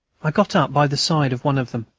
i got up by the side of one of them,